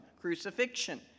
crucifixion